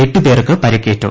എട്ട് പേർക്ക് പരിക്കേറ്റു